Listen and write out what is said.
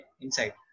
inside